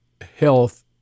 health